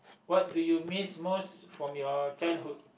what do you miss most from your childhood